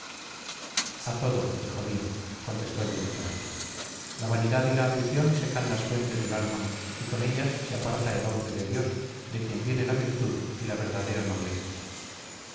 a todo hijo mío contestó el templario la vanidad y la ambición secan las fuentes del alma y con ellas se aparta el hombre de dios de quien viene la virtud y la verdadera nobleza